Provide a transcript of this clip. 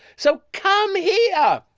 so come here!